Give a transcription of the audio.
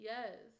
Yes